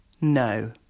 No